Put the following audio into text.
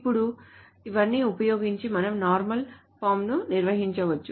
ఇప్పుడు ఇవన్నీ ఉపయోగించి మనం నార్మల్ ఫార్మ్స్ ను నిర్వచించవచ్చు